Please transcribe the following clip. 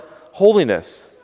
holiness